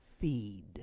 feed